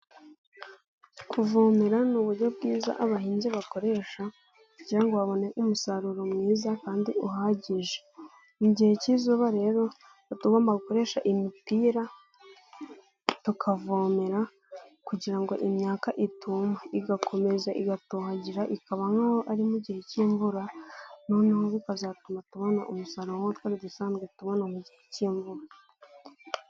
Kuvomera ni uburyo bwiza abahinzi bakoresha cyangwa babone umusaruro mwiza kandi uhagije. Mu gihe k'izuba rero tuba tugomba gukoresha imipira tukavomera kugira ngo imyaka ituma. Igakomeza igatohagira ikaba nk'aho ari mu gihe k'imvura noneho bikazatuma tubona umusaruro nkuwo twari dusanzwe tubona mu gihe k'imvura.